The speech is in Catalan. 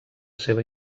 seva